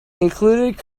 included